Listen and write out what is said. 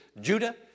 Judah